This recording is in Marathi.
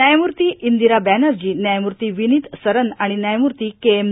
न्यायमूती इंदिरा बॅनर्जी न्यायमूर्ती विनित सरन आणि न्यायमूर्ती के एम